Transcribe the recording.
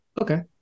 Okay